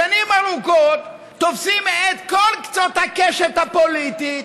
ששנים ארוכות הם תופסים את כל קצות הקשת הפוליטית,